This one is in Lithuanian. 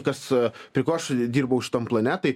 kas prie ko aš atidirbau šitam plane tai